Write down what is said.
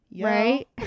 Right